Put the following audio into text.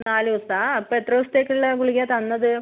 നാല് ദിവസമാണോ ആ അപ്പം എത്ര ദിവസത്തേക്കുള്ള ഗുളികയാണ് തന്നത്